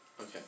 Okay